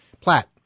Platt